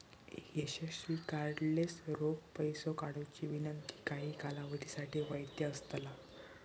एक यशस्वी कार्डलेस रोख पैसो काढुची विनंती काही कालावधीसाठी वैध असतला